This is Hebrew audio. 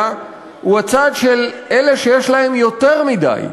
הוא הצד של אלה שיש להם יותר מדי,